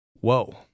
Whoa